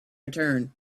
return